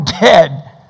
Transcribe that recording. dead